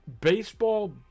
baseball